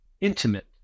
intimate